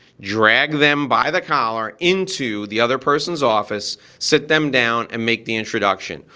drag them by the collar into the other person's office, sit them down and make the introduction,